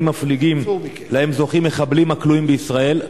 מפליגים שלהם זוכים מחבלים הכלואים בישראל,